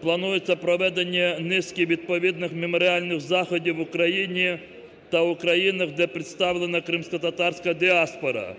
планується проведення низки відповідних меморіальних заходів в Україні та України, де представлена кримськотатарська діаспора.